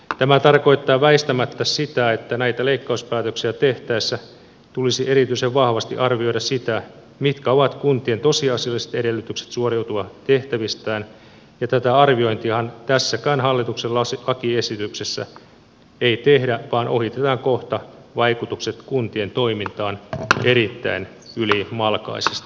tämä tarkoittaa väistämättä sitä että näitä leikkauspäätöksiä tehtäessä tulisi erityisen vahvasti arvioida sitä mitkä ovat kuntien tosiasialliset edellytykset suoriutua tehtävistään ja tätä arviointiahan tässäkään hallituksen lakiesityksessä ei tehdä vaan ohitetaan kohta vaikutukset kuntien toimintaan erittäin ylimalkaisesti